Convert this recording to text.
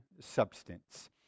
substance